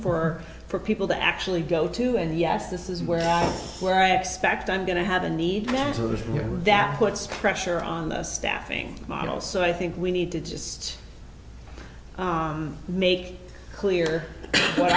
for for people to actually go to and yes this is where where i expect i'm going to have a need managers and that puts pressure on the staffing model so i think we need to just make clear what